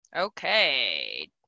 Okay